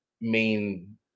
main